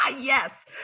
Yes